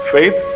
Faith